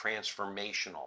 transformational